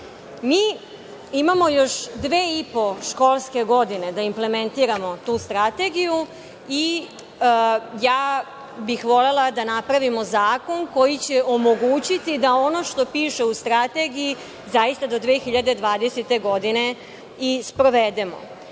imamo još dve i po školske godine da implementiramo tu Strategiju i ja bih volela da napravimo zakon koji će omogućiti da ono što piše u Strategiji zaista do 2020. godine i sprovedemo. Tamo